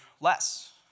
less